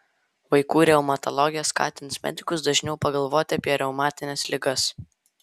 vaikų reumatologė skatins medikus dažniau pagalvoti apie reumatines ligas